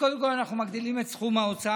קודם כול אנחנו מגדילים את סכום ההוצאה